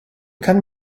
kann